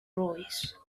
royce